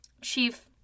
chief